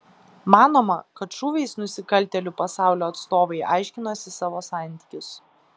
manoma kad šūviais nusikaltėlių pasaulio atstovai aiškinosi savo santykius